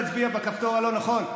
תצביע בכפתור הלא-נכון.